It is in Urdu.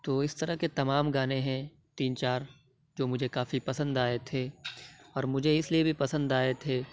تو اِس طرح کے تمام گانے ہیں تین چار جو مجھے کافی پسند آئے تھے اور مجھے اِس لیے بھی پسند آئے تھے